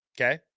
okay